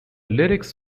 lyrics